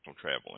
traveling